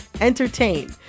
entertain